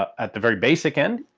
at the very basic end,